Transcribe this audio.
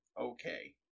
okay